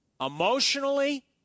emotionally